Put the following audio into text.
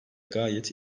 gayet